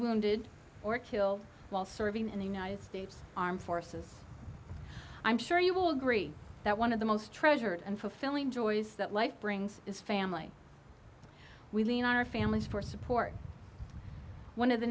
wounded or killed while serving in the united states armed forces i'm sure you will agree that one of the most treasured and fulfilling joys that life brings is family we lean on our families for support one of the